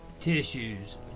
tissues